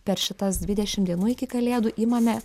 per šitas dvidešim dienų iki kalėdų įmame